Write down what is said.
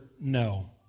no